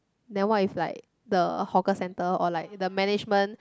the what if like the hawker center or like the management